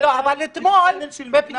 זה נייר עם סמל של מדינת ישראל.